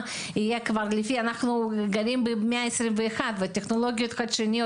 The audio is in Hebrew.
יהיה לפי -- אנחנו במאה ה-21 ויש טכנולוגיות חדשניות.